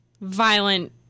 Violent